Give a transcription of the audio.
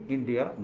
India